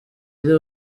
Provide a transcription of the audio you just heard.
ari